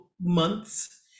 months